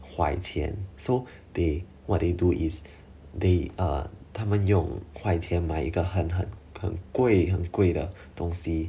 坏钱 so they what they do is they uh 他们用坏钱买一个很很很贵很贵的东西